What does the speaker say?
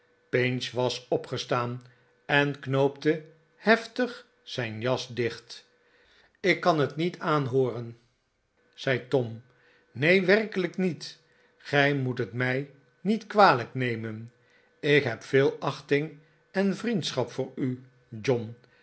pinch was opgestaan en knoopte heftig zijn jas dicht ik kan het niet aanhooren zei tom neen werkelijk niet gij moet het mij niet kwalijk nemen ik heb veel achting en vriendschap voor u john